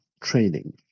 training